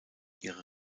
ihre